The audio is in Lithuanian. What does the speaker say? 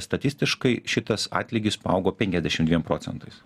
statistiškai šitas atlygis paaugo penkiasdešim dviem procentais